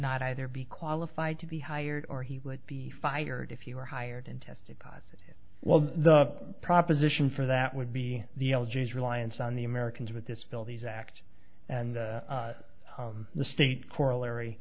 not either be qualified to be hired or he would be fired if he were hired and tested positive well the proposition for that would be the l g s reliance on the americans with disabilities act and the state corollary